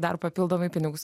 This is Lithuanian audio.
dar papildomai pinigus